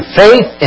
faith